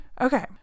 Okay